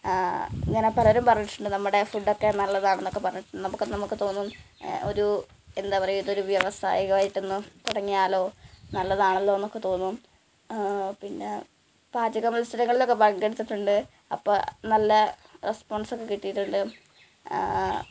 ഇങ്ങനെ പലരും പറഞ്ഞിട്ടുണ്ട് നമ്മുടെ ഫുഡ് ഒക്കെ നല്ലതാണെന്നൊക്കെ പറഞ്ഞിട്ടുണ്ട് നമുക്ക് നമുക്ക് തോന്നും ഒരു എന്താണ് പറയുക ഇതൊരു വ്യാവസായികമായിട്ടൊന്ന് തുടങ്ങിയാലോ നല്ലതാണല്ലോ എന്നൊക്കെ തോന്നും പിന്നെ പാചക മത്സരങ്ങളിലൊക്കെ പങ്കെടുത്തിട്ടുണ്ട് അപ്പം നല്ല റെസ്പോൺസ് ഒക്കെ കിട്ടിയിട്ടുണ്ട്